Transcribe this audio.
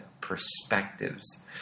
perspectives